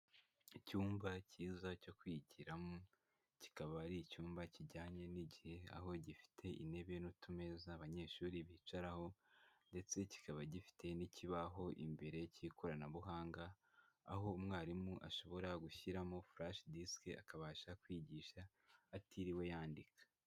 Icyumba kiza cyo kwigiramo kikaba ari icyumba kijyanye n'igihe aho gifite intebe n'utumeza abanyeshuri bicaraho ndetse kikaba gifite n'ikibaho imbere k'ikoranabuhanga, aho umwarimu ashobora gushyiramo flash disk akabasha kwigisha atiriwe yandika.